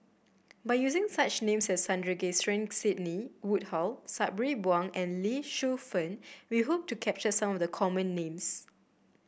by using such names Sandrasegaran Sidney Woodhull Sabri Buang and Lee Shu Fen we hope to capture some of the common names